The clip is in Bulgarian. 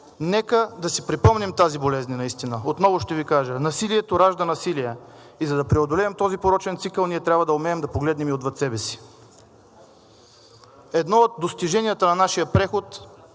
Нека да си припомним тази болезнена истина. Отново ще Ви кажа, насилието ражда насилие и за да преодолеем този порочен цикъл, ние трябва да умеем да погледнем и отвъд себе си. Едно от достиженията на нашия преход